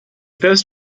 first